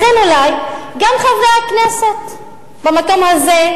לכן אולי גם חברי הכנסת במקום הזה,